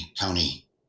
county